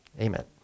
Amen